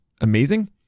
amazing